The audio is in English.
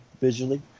visually